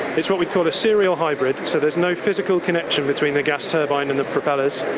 it's what we call a serial hybrid, so there's no physical connection between the gas turbine and the propellers,